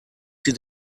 sie